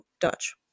Dutch